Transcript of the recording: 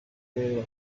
turere